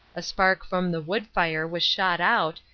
a spark from the wood-fire was shot out,